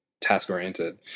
task-oriented